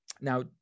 Now